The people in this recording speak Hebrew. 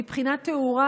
מבחינת תאורה,